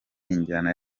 injyana